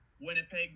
Winnipeg